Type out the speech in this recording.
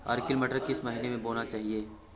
Arkel मटर किस महीना में बोना चाहिए?